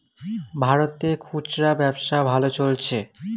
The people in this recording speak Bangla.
ভারতে খুচরা ব্যবসা ভালো চলছে